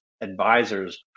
advisors